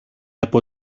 από